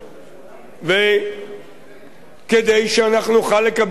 וכדי שאנחנו נוכל לקבל נתונים יסודיים,